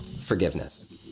forgiveness